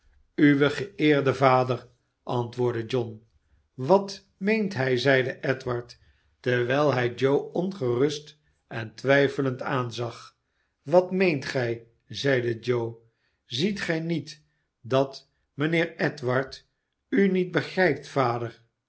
uw geeerde vader antwoordde john wat meent hij zeide edward terwijl hij joe ongerust en twijfelend aanzag wat meent gij zeide joe ziet gij niet dat mijnheer edward u niet begrijpt vader